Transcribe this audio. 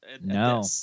No